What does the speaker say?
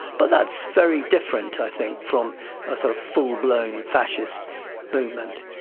but that's very different i think from a sort of full-blown fascist movement.